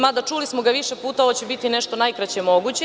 Mada, čuli smo ga više puta, ovo će biti nešto najkraće moguće.